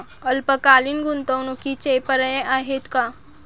अल्पकालीन गुंतवणूकीचे पर्याय आहेत का?